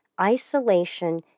Isolation